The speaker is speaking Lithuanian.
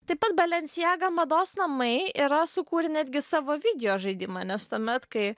taip pat balenciaga mados namai yra sukūrę netgi savo vidio žaidimą nes tuomet kai